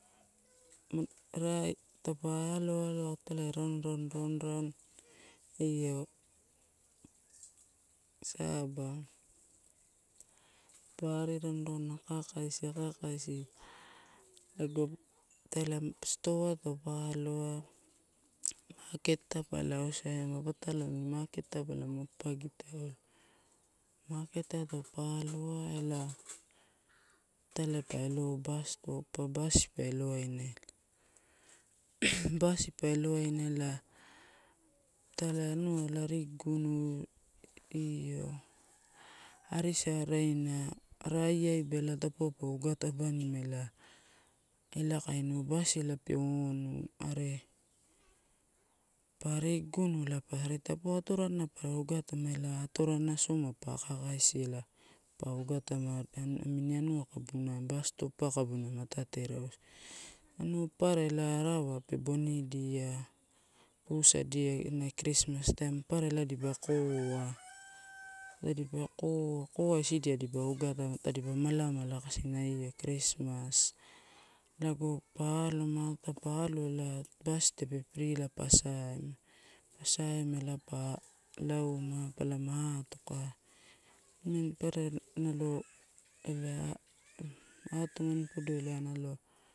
Rai, taupe alo alo italai raun, raun, raun, raun io saba, pa ari raun, raun eka kaisi, akakaisi lago italia stoa taupe aloa market pa lausaima, patalo amini market palama papagitaulo. Market aupa aloa ela italai pa elo basi stop ai, basi pa elo wainaela basi pa elowaina ela. Titatai anua ela arigugunu io, rari saraina raia taupe ogata abanima ela, ela kainiuwa basi ela pe onu are arigugunu re taupe wa pa ogatama atorana solma pa aka akaisi ela pa ogatama anua ela basi stop kabuna matae rausu. Anua paparra ela arawa pe bonidia, tusadia ena krismas taim dipa koa, koa isidia elipa ogatama. Tadipa malamala kaisi a io krismas. Lago pa aloma taupe alo ela basi tape free ela pa saema ela a lauma palama atoka nimani papara ela atumani podoi nalo.